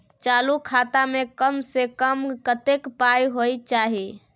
चालू खाता में कम से कम कत्ते पाई होय चाही?